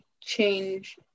change